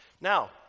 Now